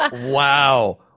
Wow